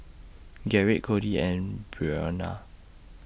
Gerrit Cordie and Brionna